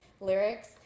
lyrics